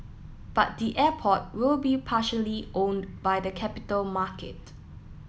but the airport will be partially owned by the capital market